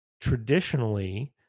traditionally